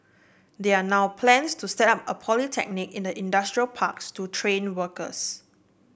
there are now plans to set up a polytechnic in the industrial parks to train workers